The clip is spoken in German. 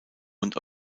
und